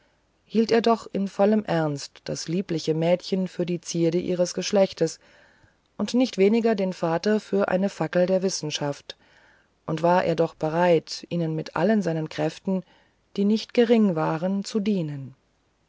hielt er doch in vollem ernst das liebliche mädchen für die zierde ihres geschlechtes und nicht weniger den vater für eine fackel der wissenschaft und war er doch bereit ihnen mit allen seinen kräften die nicht gering waren zu dienen